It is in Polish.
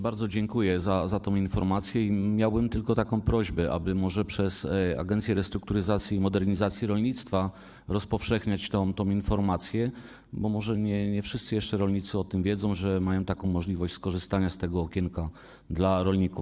Bardzo dziękuję za tę informację i miałbym tylko taką prośbę, aby może przez Agencję Restrukturyzacji i Modernizacji Rolnictwa rozpowszechniać tę informację, bo może nie wszyscy rolnicy o tym wiedzą, że mają możliwość skorzystania z tego okienka dla rolnika.